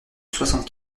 soixante